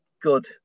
good